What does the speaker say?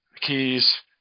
Keys